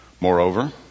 moreover